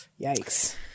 Yikes